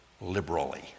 liberally